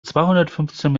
zweihundertfünfzehn